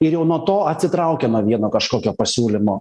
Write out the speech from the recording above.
ir jau nuo to atsitraukia nuo vieno kažkokio pasiūlymo